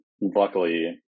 luckily